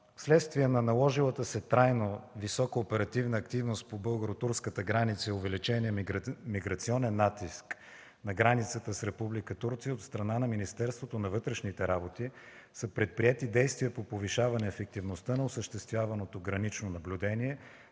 Вследствие на наложилата се трайно висока оперативна активност по българо-турската граница и увеличения миграционен натиск на границата с Република Турция от страна на Министерството на вътрешните работи са предприети действия по повишаване ефективността на осъществяваното гранично наблюдение